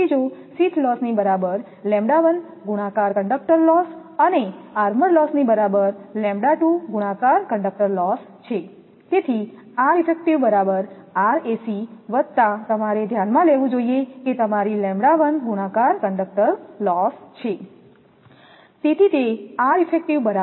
તેથી જો શીથ લોસની બરાબર ગુણાકાર કંડક્ટર લોસ અને આર્મર લોસ ની બરાબર 𝜆2 ગુણાકાર કંડક્ટર લોસ છે તેથી R ઇફેક્ટિવ𝑅𝑒𝑓𝑓 બરાબર 𝑅𝑎𝑐 વત્તા તમારે ધ્યાનમાં લેવું જોઈએ કે તમારી 𝜆1 ગુણાકાર કંડક્ટરલોસ છે